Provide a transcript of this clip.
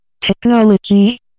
technology